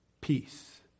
peace